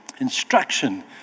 instruction